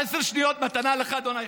עשר שניות מתנה לך, אדון אייכלר.